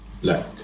black